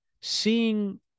seeing